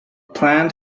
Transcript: plant